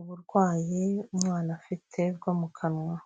uburwayi umwana afite bwo mu kanwa.